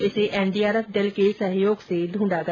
इसे एनडीआरएफ दल के सहयोग से दूंढा गया